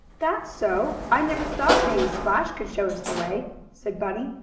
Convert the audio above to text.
that's so. i never thought maybe splash could show us the way, said bunny.